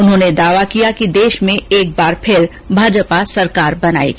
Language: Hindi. उन्होंने दावा किया कि देश में एक बार फिर भाजपा सरकार बनाएगी